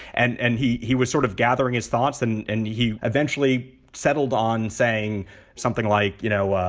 and and he he was sort of gathering his thoughts. and and he eventually settled on saying something like, you know,